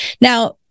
Now